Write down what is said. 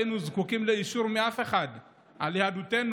היינו זקוקים לאישור ממישהו על יהדותנו,